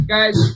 Guys